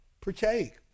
partake